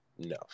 No